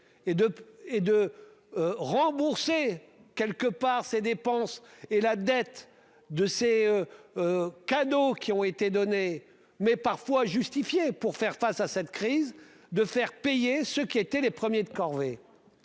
et de. Rembourser quelque part ces dépenses et la dette de ces. Canaux qui ont été donnés mais parfois justifiées pour faire face à cette crise, de faire payer ceux qui étaient les premiers de corvée.